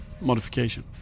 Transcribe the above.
modification